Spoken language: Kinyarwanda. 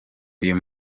uyu